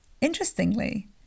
Interestingly